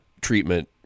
treatment